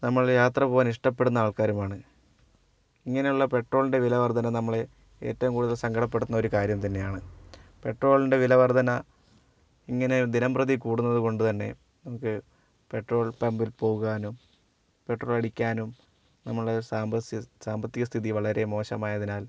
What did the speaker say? നമ്മള് യാത്ര പോവാൻ ഇഷ്ടപെടുന്ന ആൾക്കാരുമാണ് ഇങ്ങനെയുള്ള പെട്രോളിൻ്റെ വിലവർധന നമ്മളെ ഏറ്റവും കൂടുതൽ സങ്കടപെടുത്തുന്ന ഒരു കാര്യം തന്നെയാണ് പെട്രോളിൻ്റെ വിലവർധന ഇങ്ങനെ ദിനംപ്രതി കൂടുന്നത് കൊണ്ടുതന്നെ നമക്ക് പെട്രോൾ പമ്പിൽ പോകുവാനും പെട്രോൾ അടിക്കാനും നമ്മള് സാമ്പത്തികസ്ഥിതി വളരെ മോശമായതിനാൽ